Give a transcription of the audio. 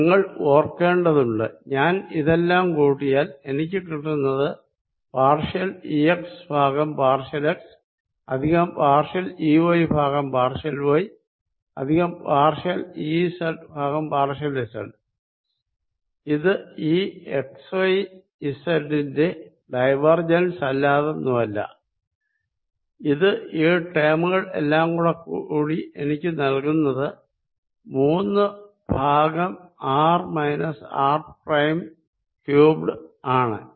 നിങ്ങൾ ഓർക്കേണ്ടതുണ്ട് ഞാൻ ഇതെല്ലാം കൂട്ടിയാൽ എനിക്ക് കിട്ടുന്നത് പാർഷ്യൽ ഈ എക്സ് ഭാഗം പാർഷ്യൽ എക്സ് പ്ലസ് പാർഷ്യൽ ഈ വൈ ഭാഗം പാർഷ്യൽ വൈ പ്ലസ് പാർഷ്യൽ ഈ സെഡ് ഭാഗം പാർഷ്യൽ സെഡ് ഇത് ഈ എക്സ് വൈസെഡ് ന്റെ ഡൈവർജൻസ് അല്ലാതൊന്നുമല്ല ഇത് ഈ ടേമുകൾ എല്ലാം കൂടി എനിക്ക് നൽകുന്നത് മൂന്ന് ഭാഗം r minus r prime cubed ആണ്